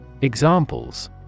Examples